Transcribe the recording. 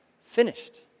Finished